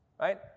right